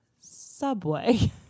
subway